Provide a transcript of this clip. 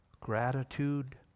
Gratitude